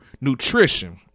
nutrition